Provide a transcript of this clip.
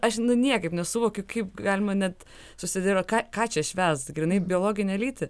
aš niekaip nesuvokiu kaip galima net susidėliot ką ką čia švęst grynai biologinę lytį